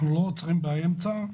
אנחנו לא עוצרים באמצע,